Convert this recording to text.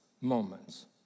moments